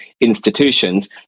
institutions